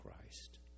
Christ